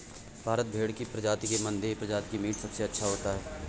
भारतीय भेड़ की प्रजातियों में मानदेय प्रजाति का मीट सबसे अच्छा होता है